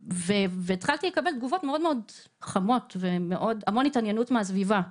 התחלתי לקבל תגובות מאוד מאוד חמות והמון התעניינות מהסביבה,